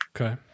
Okay